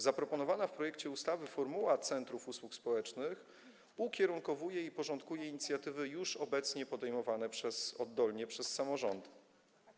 Zaproponowana w projekcie ustawy formuła centrów usług społecznych ukierunkowuje i porządkuje inicjatywy już obecnie podejmowane oddolnie przez samorządy.